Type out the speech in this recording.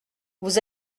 vous